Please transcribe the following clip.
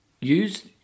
use